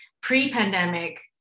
pre-pandemic